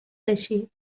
بشی